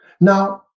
Now